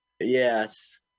yes